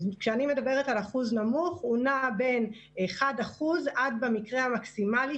כשאני מדברת על אחוז נמוך הוא נע בין 1% עד 7% במקרה המקסימלי.